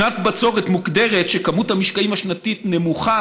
שנת בצורת מוגדרת כשנה שכמות המשקעים בה נמוכה